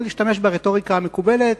אבל אשתמש ברטוריקה המקובלת,